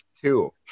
Two